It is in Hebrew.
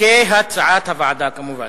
כהצעת הוועדה, כמובן.